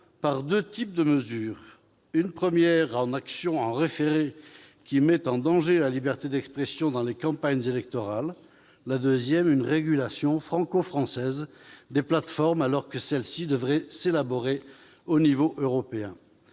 par deux types de mesures : d'une part, une nouvelle action en référé, qui met en danger la liberté d'expression dans les campagnes électorales, et, d'autre part, une régulation franco-française des plateformes, alors que celle-ci devrait s'élaborer au niveau européen.